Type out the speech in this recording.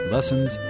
Lessons